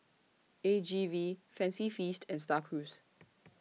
A G V Fancy Feast and STAR Cruise